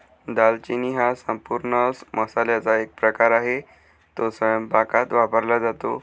दालचिनी हा संपूर्ण मसाल्याचा एक प्रकार आहे, तो स्वयंपाकात वापरला जातो